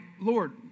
Lord